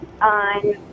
on